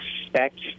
expect